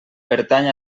pertany